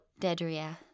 Dedria